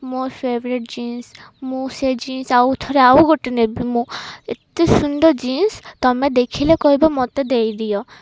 ମୋର favourite jeans ମୁଁ ସେ ଜିନ୍ସ ଆଉ ଥରେ ଆଉ ଗୋଟେ ନେବି ମୁଁ ଏତେ ସୁନ୍ଦର ଜିନ୍ସ ତୁମେ ଦେଖିଲେ କହିବ ମୋତେ ଦେଇ ଦିଅ